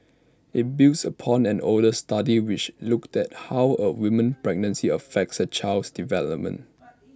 IT builds upon an older study which looked at how A woman's pregnancy affects her child's development